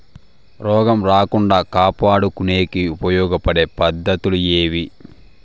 రోగం రాకుండా కాపాడుకునేకి ఉపయోగపడే పద్ధతులు ఏవి?